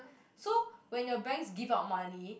so when your banks give out money